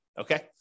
okay